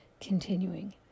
Continuing